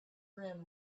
rim